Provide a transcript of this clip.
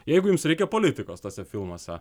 jeigu jums reikia politikos tuose filmuose